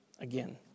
again